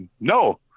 no